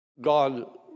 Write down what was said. God